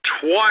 twice